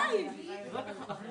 הדיון, ונתונים הכי